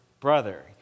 brother